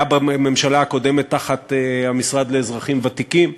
היה בממשלה הקודמת תחת המשרד לאזרחים ותיקים,